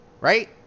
Right